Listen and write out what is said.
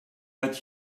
but